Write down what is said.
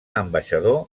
ambaixador